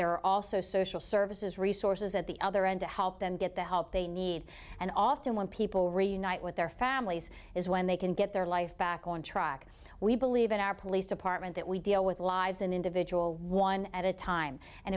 there are also social services resources at the other end to help them get the help they need and often when people reunite with their families is when they can get their life back on track we believe in our police department that we deal with lives an individual one at a time and